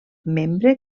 membre